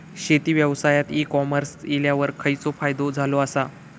शेती व्यवसायात e commerce इल्यावर खयचो फायदो झालो आसा?